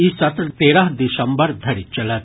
ई सत्र तेरह दिसम्बर धरि चलत